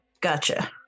gotcha